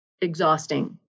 Exhausting